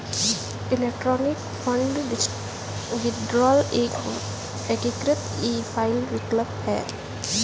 electronic fund withdrawal एक एकीकृत e file विकल्प है